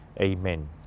Amen